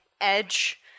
edge